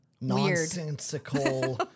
nonsensical